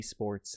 esports